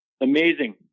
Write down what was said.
Amazing